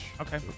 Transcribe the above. Okay